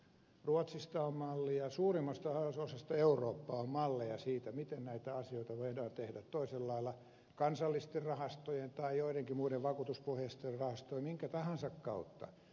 ruotsista on malli ja suurimmasta osasta eurooppaa on malleja siitä miten näitä asioita voidaan tehdä toisella lailla kansallisten rahastojen tai joidenkin muiden vakuutuspohjaisten rahastojen minkä tahansa kautta